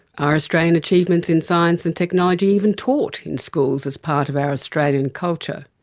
are australian achievements in science and technology even taught in schools as part of our australian culture?